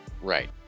right